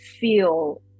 feel